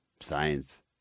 Science